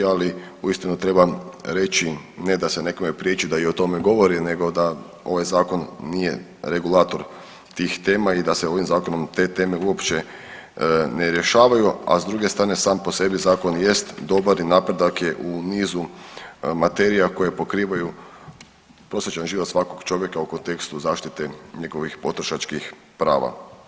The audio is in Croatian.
Ali uistinu treba reći ne da se nekome priječi da i o tome govori, nego da ovaj zakon nije regulator tih tema i da se ovim zakonom te teme uopće ne rješavaju a s druge strane sam po sebi zakon jest dobar i napredak je u nizu materija koje pokrivaju prosječan život svakog čovjeka u kontekstu zaštite njegovih potrošačkih prava.